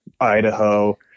Idaho